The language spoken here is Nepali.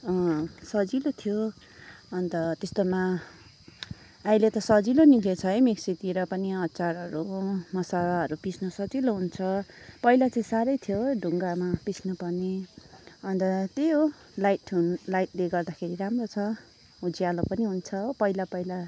अँ सजिलो थियो अन्त त्यस्तोमा अहिले त सजिलो निक्लेछ है मिक्सीतिर पनि अचारहरू मसालाहरू पिस्नु सजिले हुन्छ पहिला चाहिँ साह्रै थियो ढुङ्गामा पिस्नु पर्ने अन्त त्यही हो लाइट लाइटले गर्दाखेरि राम्रो छ उज्यालो पनि हुन्छा हो पहिला पहिला